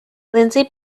lindsey